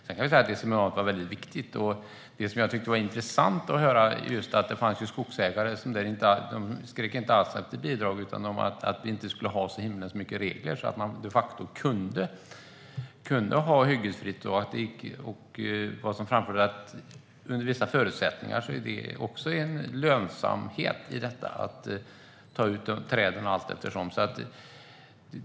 Jag vill säga att det seminariet var väldigt viktigt, och det som jag tyckte var intressant var att skogsägare inte alls skrek efter bidrag utan snarare ansåg att vi inte ska ha så himmelens mycket regler. På så sätt kan man de facto ha ett hyggesfritt skogsbruk. Vad som också framfördes var att under vissa förutsättningar är det också en lönsamhet i detta att ta ut träden allteftersom.